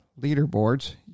leaderboards